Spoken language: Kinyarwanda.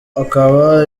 akaba